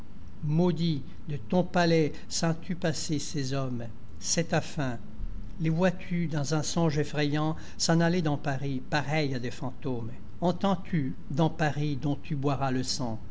maudit de ton palais sens-tu passer ces hommes c'est ta fin les vois-tu dans un songe effrayant s'en aller dans paris pareils à des fantômes entends-tu dans paris dont tu boiras le sang